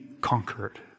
conquered